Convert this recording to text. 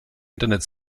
internet